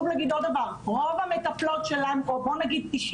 חשוב להגיד עוד דבר, 99% מהמטפלות שלנו זה נשים.